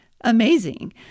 amazing